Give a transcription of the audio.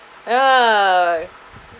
ya